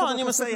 לא, אני מסיים.